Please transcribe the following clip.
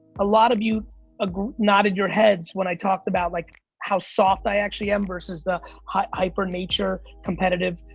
a lot of you ah nodded your heads when i talked about like how soft i actually am, versus the hyper nature, competitive,